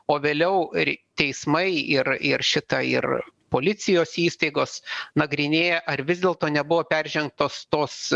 o vėliau ir teismai ir ir šita ir policijos įstaigos nagrinėja ar vis dėlto nebuvo peržengtos tos